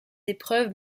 épreuves